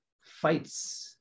fights